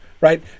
right